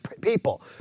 people